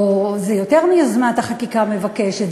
או זה יותר מ"יוזמת החקיקה מבקשת",